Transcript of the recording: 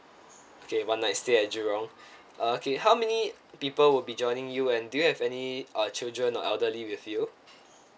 okay one night stay at jurong uh okay how many people would be joining you and do you have any uh children or elderly with you